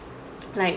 like